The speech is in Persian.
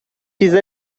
چیز